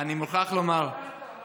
אני מוכרח לומר,